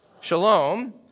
Shalom